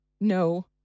No